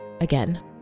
again